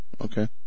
okay